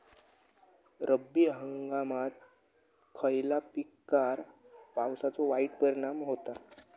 रब्बी हंगामात खयल्या पिकार पावसाचो वाईट परिणाम होता?